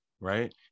right